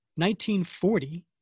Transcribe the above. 1940